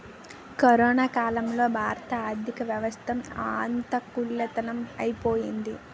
corona కాలంలో భారత ఆర్థికవ్యవస్థ అథాలకుతలం ఐపోయింది